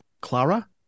Clara